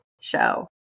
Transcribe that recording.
show